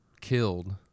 killed